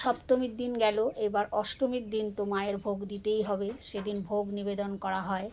সপ্তমীর দিন গেল এবার অষ্টমীর দিন তো মায়ের ভোগ দিতেই হবে সেদিন ভোগ নিবেদন করা হয়